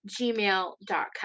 gmail.com